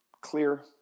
Clear